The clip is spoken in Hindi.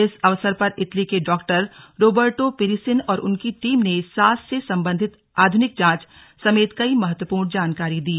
इस अवसर पर इटली के डारोबर्टो पेरिसिन और उनकी टीम ने सांस से संबंधित आधुनिक जांच समेत कई महत्वपूर्ण जानकारी दी